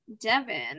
Devin